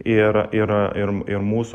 ir ir ir ir mūsų